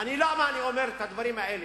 ולמה אני אומר את הדברים האלה?